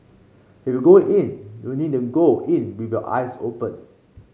if you go in you need to go in with your eyes open